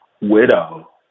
widow